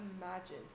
imagine